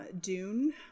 Dune